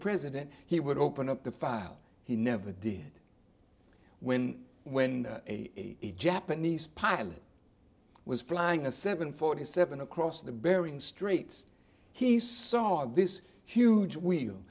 president he would open up the file he never did when when the japanese pilot was flying a seven forty seven across the bering straits he saw this huge w